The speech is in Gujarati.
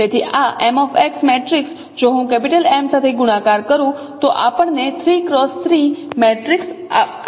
તેથી આ mX મેટ્રિક્સ જો હું M સાથે ગુણાકાર કરું તો આપણને 3 X 3 મેટ્રિક્સ આપશે